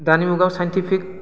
दानि मुगायाव सायन्थिफिक